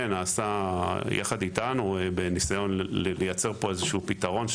נעשה יחד אתנו בניסיון לייצר פה איזשהו פתרון,